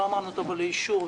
לא אמרנו: תבוא לאישור,